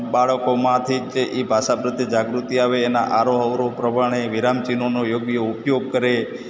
બાળકોમાંથી તે એ ભાષા પ્રત્યે જાગૃતિ આવે એનાં આરોહ અવરોહ પ્રમાણે વિરામ ચિહ્નનો યોગ્ય ઉપયોગ કરે